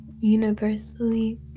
universally